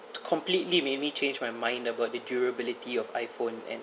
completely made me change my mind about the durability of iphone and